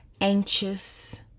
anxious